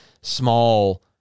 small